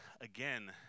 again